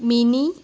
mini